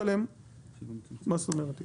מה זאת אומרת?